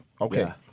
okay